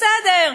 בסדר,